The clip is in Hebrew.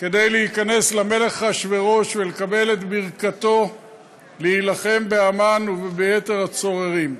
כדי להיכנס למלך אחשוורוש ולקבל את ברכתו להילחם בהמן וביתר הצוררים.